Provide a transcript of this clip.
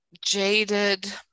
jaded